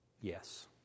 yes